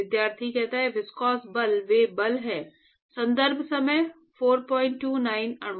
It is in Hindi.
विद्यार्थी विस्कोस बल वे बल हैं संदर्भ समय 0429 अणु